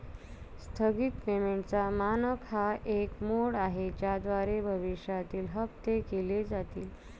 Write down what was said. स्थगित पेमेंटचा मानक हा एक मोड आहे ज्याद्वारे भविष्यातील हप्ते केले जातील